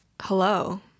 Hello